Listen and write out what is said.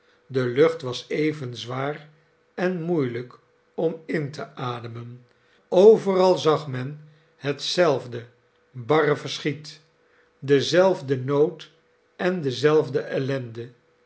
de lucht was even zwaar en moeielijk om in te ademen overal zag men hetzelfde barre verschiet denzelfden nood en dezelfde ellende